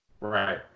Right